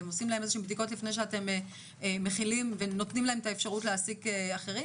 אתם עושים להן בדיקות לפני שאתם נותנים להן את האפשרות להעסיק אחרים?